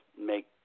make